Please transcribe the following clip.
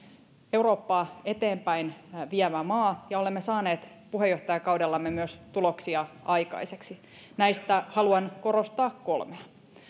eurooppaa eteenpäin vievä maa ja olemme saaneet puheenjohtajakaudellamme myös tuloksia aikaiseksi näistä haluan korostaa kolmea